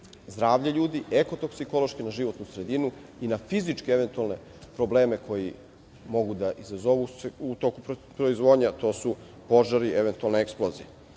zdravlje ljudi, ekotoksikološki, na životnu sredinu i na fizičke eventualne probleme koje mogu da izazovu u toku proizvodnje, a to su požari i eventualne eksplozije. Ovo